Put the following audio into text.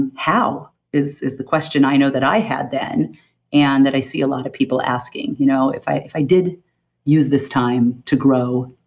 and how? is is the question i know that i had then and that i see a lot of people asking. you know if i if i did use this time to grow,